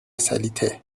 سلیطه